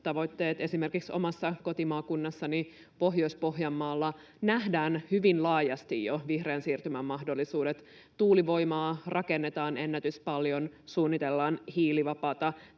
ilmastotavoitteet. Esimerkiksi omassa kotimaakunnassani Pohjois-Pohjanmaalla nähdään hyvin laajasti jo vihreän siirtymän mahdollisuudet: tuulivoimaa rakennetaan ennätyspaljon, suunnitellaan hiilivapaata